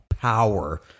power